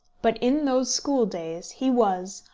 but in those school-days he was,